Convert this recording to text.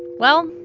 well,